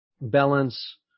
balance